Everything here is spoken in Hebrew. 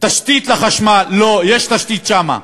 תשתית לחשמל, לא, יש תשתית שם,